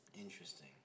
Interesting